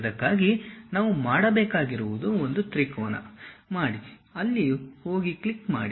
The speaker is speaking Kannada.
ಅದಕ್ಕಾಗಿ ನಾವು ಮಾಡಬೇಕಾಗಿರುವುದು ಒಂದು ತ್ರಿಕೋನ ಮಾಡಿ ಅಲ್ಲಿಗೆ ಹೋಗಿ ಕ್ಲಿಕ್ ಮಾಡಿ